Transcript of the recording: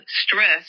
stress